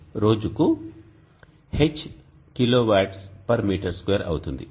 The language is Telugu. అంటే రోజుకు H kWm2 అవుతుంది